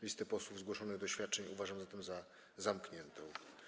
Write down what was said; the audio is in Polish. Listę posłów zgłoszonych do oświadczeń uważam zatem za zamkniętą.